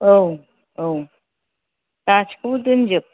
औ औ गासैखौबो दोनजोब